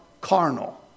carnal